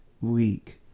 week